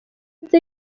iyi